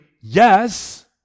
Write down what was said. Yes